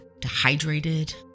dehydrated